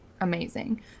Amazing